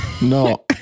No